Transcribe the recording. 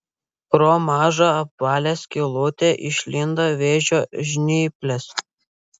pro mažą apvalią skylutę išlindo vėžio žnyplės